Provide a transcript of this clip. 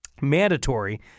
mandatory